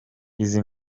izi